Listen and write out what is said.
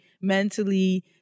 mentally